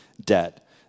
debt